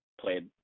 played